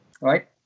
right